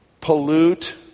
pollute